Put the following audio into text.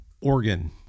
organ